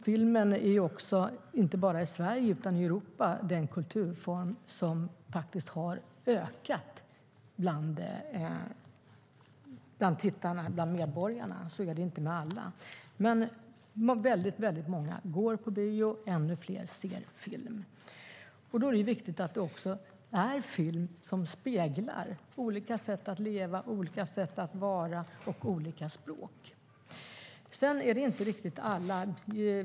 Filmen är ju också - inte bara i Sverige utan i hela Europa - den kulturform som faktiskt har ökat bland medborgarna, så är det inte med alla kulturformer. Väldigt många går på bio, och ännu fler ser film. Då är det viktigt att det är filmer som speglar olika sätt att leva, olika sätt att vara och olika språk.